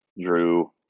Drew